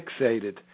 fixated